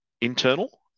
internal